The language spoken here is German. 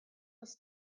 das